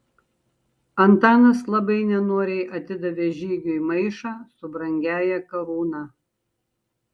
antanas labai nenoriai atidavė žygiui maišą su brangiąja karūna